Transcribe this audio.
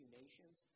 nations